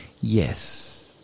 Yes